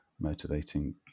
motivating